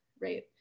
right